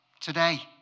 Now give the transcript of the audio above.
today